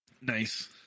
nice